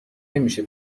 نمیشه